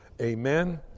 Amen